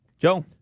Joe